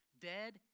dead